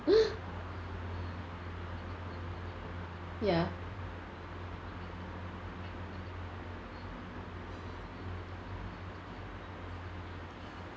ya